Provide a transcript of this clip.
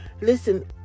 listen